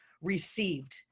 received